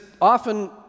often